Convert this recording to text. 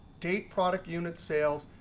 date, product, unit, sales,